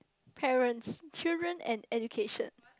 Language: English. parents children and education